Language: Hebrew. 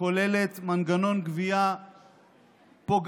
כוללת מנגנון גבייה פוגעני,